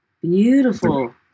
Beautiful